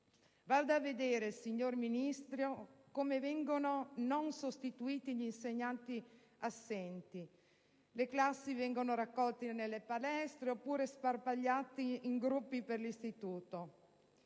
Vada a vedere, signora Ministro, come vengono non sostituiti gli insegnanti assenti: le classi vengono raccolte nelle palestre oppure sparpagliate in gruppi per l'istituto.